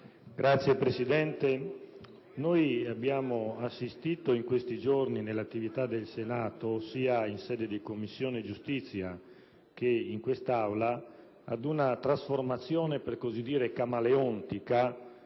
Signora Presidente, abbiamo assistito in questi giorni, nell'attività del Senato, sia in sede di Commissione giustizia che in Aula, ad una trasformazione per così dire camaleontica